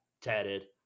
tatted